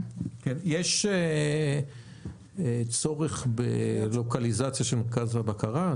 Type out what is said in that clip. יש צורך בלוקליזציה של מרכז הבקרה?